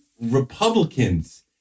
Republicans